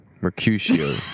Mercutio